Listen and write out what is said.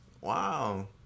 Wow